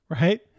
right